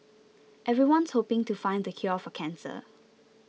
everyone's hoping to find the cure for cancer